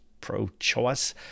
pro-choice